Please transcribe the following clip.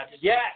Yes